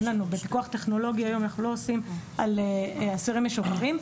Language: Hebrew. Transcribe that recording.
פיקוח טכנולוגי היום אנחנו לא עושים על אסירים משוחררים.